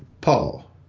Paul